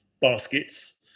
baskets